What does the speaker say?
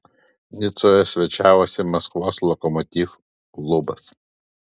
nicoje svečiavosi maskvos lokomotiv klubas